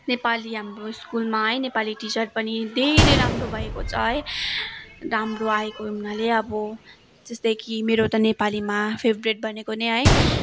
नेपाली हाम्रो स्कुलमा है नेपाली टिचर पनि धेरै राम्रो भएको छ है राम्रो आएको हुनाले अब जस्तो कि मेरो त नेपालीमा फेबरेट भनेको नै है